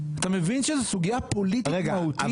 אתה מבין שזאת סוגייה פוליטית מהותית?